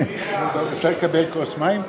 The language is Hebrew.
אני ממשיך.